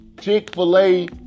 Chick-fil-A